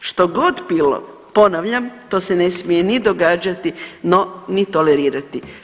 Što god bilo ponavljam, to se ne smije ni događa, no ni tolerirati.